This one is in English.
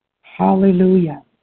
Hallelujah